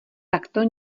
takto